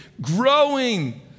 growing